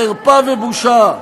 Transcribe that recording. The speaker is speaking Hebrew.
חרפה ובושה.